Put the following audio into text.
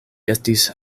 estis